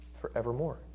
forevermore